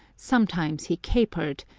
sometimes he capered,